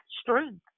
strength